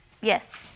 Yes